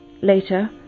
Later